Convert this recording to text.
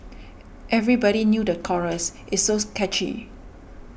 everybody knew the chorus it's so catchy